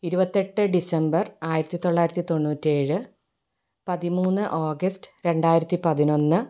ഇരുപത്തെട്ട് ഡിസംബർ ആയിരത്തി തൊള്ളായിരത്തി തൊണ്ണൂറ്റി ഏഴ് പതിമൂന്ന് ഓഗസ്റ്റ് രണ്ടായിരത്തി പതിനൊന്ന്